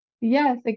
Yes